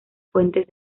fuentes